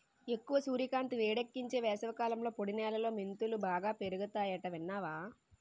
ఎక్కువ సూర్యకాంతి, వేడెక్కించే వేసవికాలంలో పొడి నేలలో మెంతులు బాగా పెరుగతాయట విన్నావా